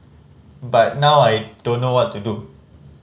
but now I don't know what to do